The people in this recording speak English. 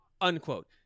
Unquote